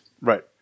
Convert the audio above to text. Right